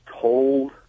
told